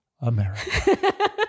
America